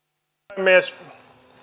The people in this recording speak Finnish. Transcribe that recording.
puhemies